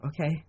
Okay